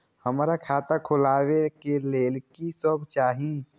हमरा खाता खोलावे के लेल की सब चाही?